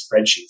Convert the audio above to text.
spreadsheets